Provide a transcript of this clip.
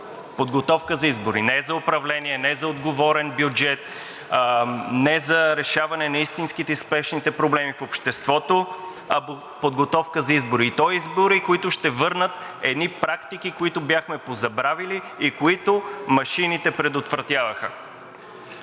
подготовка за избори – не за управление, не за отговорен бюджет, не за решаване на истинските и спешните проблеми в обществото, а подготовка за избори, и то избори, които ще върнат едни практики, които бяхме позабравили и които машините предотвратяваха.